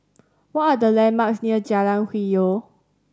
what are the landmarks near Jalan Hwi Yoh